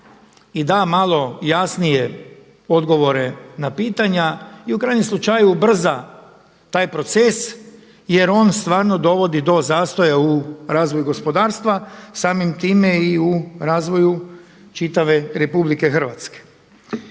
i da malo jasnije odgovore na pitanja i u krajnjem slučaju ubrza taj proces jer on stvarno dovodi do zastoja u razvoju gospodarstva samim time i u razvoju čitave RH.